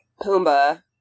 pumbaa